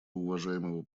уважаемого